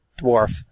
Dwarf